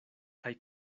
kaj